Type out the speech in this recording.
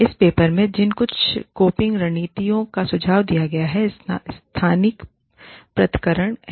इस पेपर में जिन कुछ कोपिंग रणनीतियों का सुझाव दिया गया है स्थानिक पृथक्करण हैं